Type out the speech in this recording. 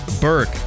Burke